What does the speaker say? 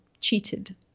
cheated